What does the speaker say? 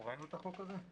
ראינו את החוק הזה?